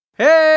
hey